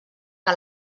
que